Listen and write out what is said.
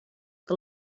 que